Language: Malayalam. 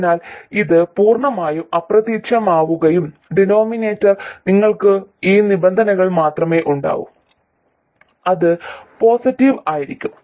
അതിനാൽ ഇത് പൂർണ്ണമായും അപ്രത്യക്ഷമാവുകയും ഡിനോമിനേറ്റർ നിങ്ങൾക്ക് ഈ നിബന്ധനകൾ മാത്രമേ ഉണ്ടാകൂ അത് പോസിറ്റീവ് ആയിരിക്കും